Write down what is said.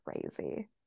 crazy